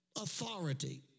authority